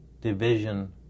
division